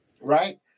right